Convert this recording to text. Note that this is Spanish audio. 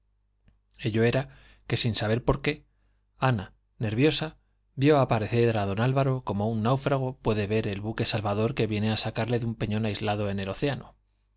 campanarios ello era que sin saber por qué ana nerviosa vio aparecer a don álvaro como un náufrago puede ver el buque salvador que viene a sacarle de un peñón aislado en el océano